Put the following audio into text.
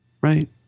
right